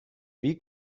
wie